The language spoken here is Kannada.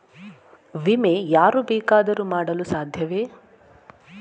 ವಿಮೆ ಯಾರು ಬೇಕಾದರೂ ಮಾಡಲು ಸಾಧ್ಯವೇ?